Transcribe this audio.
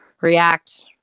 react